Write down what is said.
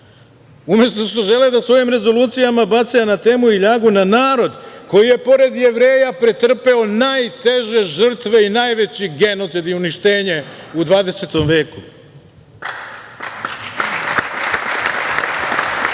umesto što žele da svojim rezolucijama bace anatemu i ljagu na narod koji je pored Jevreja pretrpeo najteže žrtve i najveći genocid i uništenje u 20. veku?I